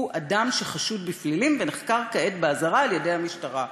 הוא אדם שחשוד בפלילים ונחקר כעת באזהרה על-ידי המשטרה,